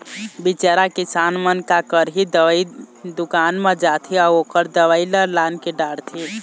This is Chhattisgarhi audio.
बिचारा किसान मन का करही, दवई दुकान म जाथे अउ ओखर दवई ल लानके डारथे